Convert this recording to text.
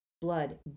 blood